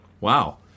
Wow